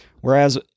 Whereas